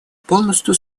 полностью